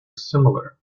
similar